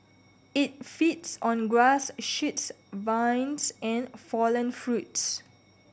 it feeds on grass shoots vines and fallen fruits